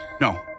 No